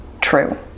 true